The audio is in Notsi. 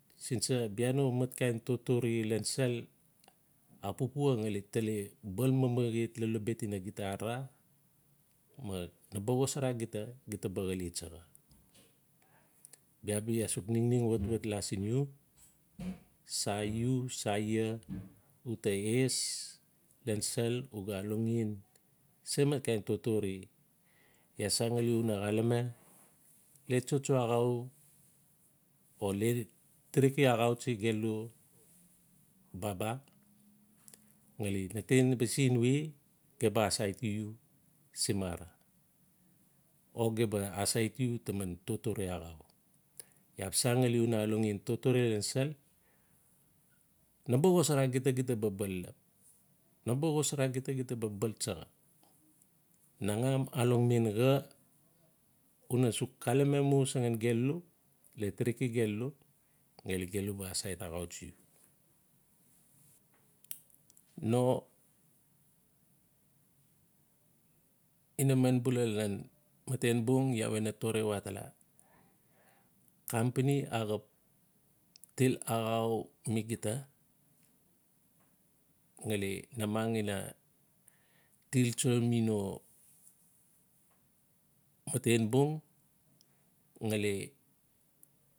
Sin sa? Bia no mat kain, totore lan sel a pupua ngali tali ba mamaet lolobet ina gita arara. Ma naba xosara gita-gita ba xale tsaxa. bia bi iaa suk ningning watwat la sin iu, sa iu? Sa ia? Uta es lan sel u ga alongmen se mat kain totore, ia san ngali una xalame le tsotso axau o le tiriki axautsi gelu baba ngali na te naba sen we gem ba asauti iu samara. O gem ba asaiti iu taman totore axau. Iaa xap san ngali una alongmentotore lan sel. Naba xosara guta-gita ba bal lelep. Naba xosara gita-guta ba bal tsaxa. Na ngam alongme xa, una suk xalame mu sangan gelu, le tiriki gelu-gelu ba asait axautsi iu. no inaman bala lan matenbung ia we na tore watala, company axap til axau mi gita ngali namang ina tiltso mi no matenbung ngali.